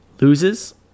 loses